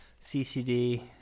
ccd